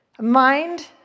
Mind